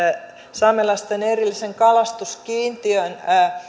saamelaisten erillisen kalastuskiintiön